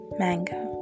mango